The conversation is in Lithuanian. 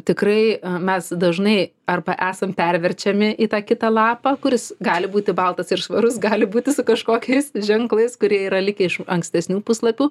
tikrai mes dažnai arba esam perverčiami į tą kitą lapą kuris gali būti baltas ir švarus gali būti su kažkokiais ženklais kurie yra likę iš ankstesnių puslapių